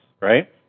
right